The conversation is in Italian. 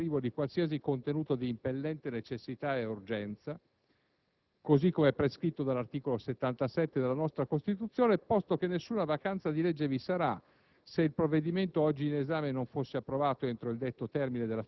sottoscrivendo un decreto-legge di proroga che sarà palesemente privo di qualsiasi contenuto di impellente necessità e urgenza, così come prescritto dall'articolo 77 della nostra Costituzione, posto che nessuna vacanza di legge vi sarà,